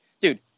dude